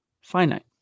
finite